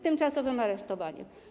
Tymczasowym aresztowaniem.